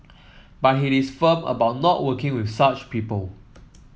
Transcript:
but he is firm about not working with such people